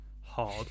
hard